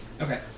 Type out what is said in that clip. Okay